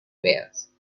wales